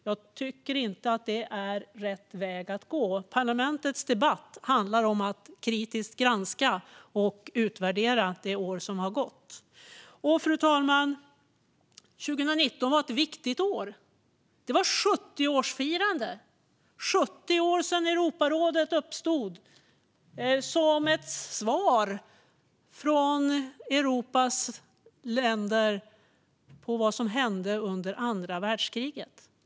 Jag tycker inte att det är rätt väg att gå. Parlamentets debatt handlar om att kritiskt granska och utvärdera det år som har gått. Fru talman! År 2019 var ett viktigt år. Det var ett 70-årsfirande - 70 år sedan Europarådet uppstod som ett svar från Europas länder på vad som hände under andra världskriget.